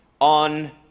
on